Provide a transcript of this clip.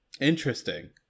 Interesting